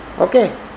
Okay